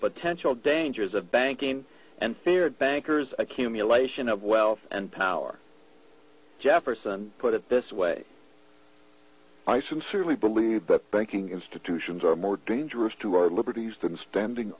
potential dangers of banking and feared bankers accumulation of wealth and power jefferson put it this way i sincerely believe the banking institutions are more dangerous to our liberties than standing